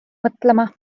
mõtlema